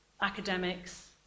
academics